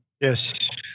Yes